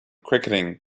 cricketing